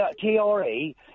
T-R-E